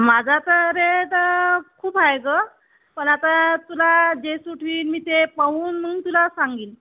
माझा असा रेट खूप आहे गं पण आता तुला जे सुट होईल मी ते पाहून मग तुला सांगीन